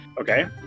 Okay